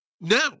No